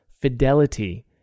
fidelity